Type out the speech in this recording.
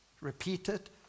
repeated